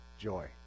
joy